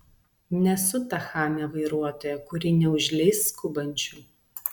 nesu ta chamė vairuotoja kuri neužleis skubančių